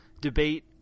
debate